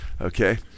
okay